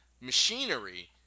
machinery